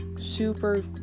super